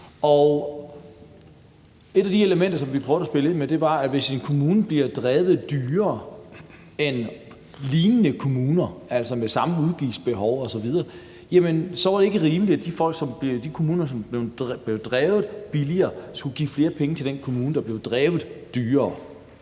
et af de elementer, som vi prøvede at spille ind med, var, at hvis en kommune bliver drevet dyrere end lignende kommuner, altså med samme udgiftsbehov osv., så var det ikke rimeligt, at de kommuner, som blev drevet billigere, skulle give flere penge til den kommune, der blev drevet dyrere.